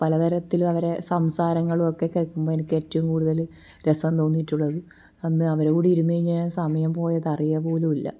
അങ്ങനെ പലതരത്തിൽ അവരെ സംസാരങ്ങളും ഒക്കെ കേൾക്കുമ്പോൾ എനിക്ക് ഏറ്റവും കൂടുതൽ രസം തോന്നിട്ടുള്ളത് അന്ന് അവരൂടെ ഇരുന്നു കഴിഞ്ഞാൽ സമയം പോകുന്നത് അറിയപോലും ഇല്ല